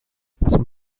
son